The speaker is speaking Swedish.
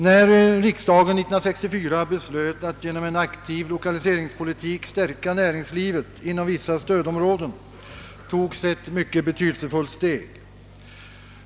När riksdagen 1964 beslöt att genom en aktiv lokaliseringspolitik stärka näringslivet inom vissa stödområden togs ett mycket betydelsefullt steg.